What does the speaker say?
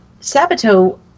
Sabato